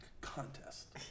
contest